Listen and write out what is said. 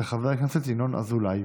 מס' 1572, של חבר הכנסת ינון אזולאי.